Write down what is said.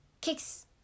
kicks